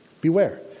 Beware